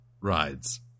rides